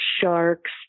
sharks